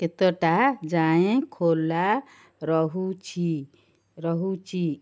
କେତେଟା ଯାଏଁ ଖୋଲା ରହୁଛି ରହୁଛି